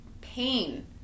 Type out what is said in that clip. Pain